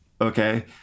Okay